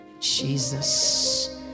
Jesus